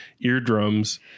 eardrums